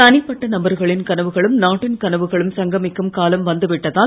தனிப்பட்ட நபர்களின் கனவுகளும் நாட்டின் கனவுகளும் சங்கமிக்கும் காலம் வந்து விட்டதால்